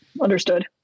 Understood